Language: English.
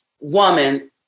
woman